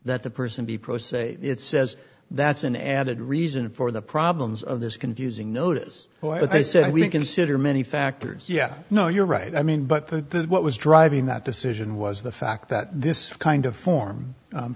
that the person be pro se it says that's an added reason for the problems of this confusing notice so i said we can consider many factors yeah no you're right i mean but what was driving that decision was the fact that this kind of form